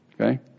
Okay